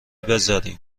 بذاریم